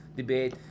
debate